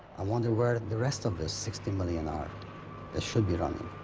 i wonder where the rest of those sixty million are that should be running or